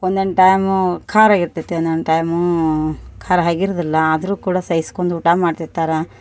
ಒನ್ನೊಂದು ಟೈಮು ಖಾರ ಇರ್ತೈತಿ ಒನ್ನೊಂದು ಟೈಮೂ ಖಾರ ಆಗಿರುದಿಲ್ಲ ಆದರೂ ಕೂಡ ಸಹಿಸ್ಕೊಂದ್ ಊಟ ಮಾಡ್ತಿರ್ತಾರ